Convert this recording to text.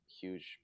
huge